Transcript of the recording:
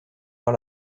par